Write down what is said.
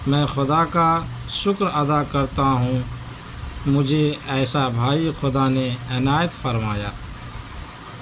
میں خدا کا شکر ادا کرتا ہوں مجھے ایسا بھائی خدا نے عنایت فرمایا